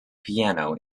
piano